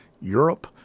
Europe